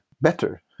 better